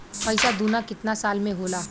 पैसा दूना कितना साल मे होला?